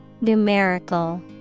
Numerical